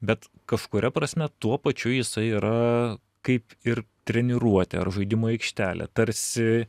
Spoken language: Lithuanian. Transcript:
bet kažkuria prasme tuo pačiu jisai yra kaip ir treniruotė ar žaidimų aikštelė tarsi